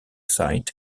site